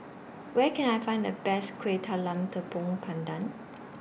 Where Can I Find The Best Kuih Talam Tepong Pandan